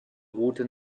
route